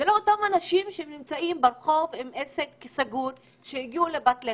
זה לא אותם אנשים שנמצאים ברחוב עם עסק סגור שהגיעו לפת לחם.